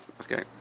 Okay